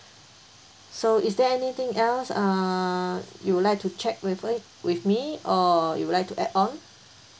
so is there anything else uh you would like to check with u~ with me or you would like to add on